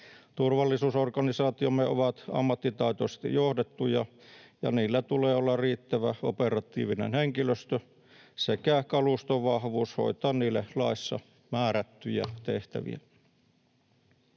Turvallisuusorganisaatiomme ovat ammattitaitoisesti johdettuja, ja niillä tulee olla riittävä operatiivinen henkilöstö sekä kalustovahvuus hoitaa niille laissa määrättyjä tehtäviä.